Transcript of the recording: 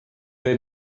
they